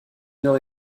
nord